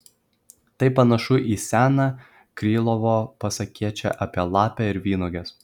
tai panašu į seną krylovo pasakėčią apie lapę ir vynuoges